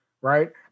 right